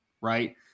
right